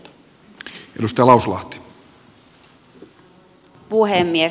arvoisa puhemies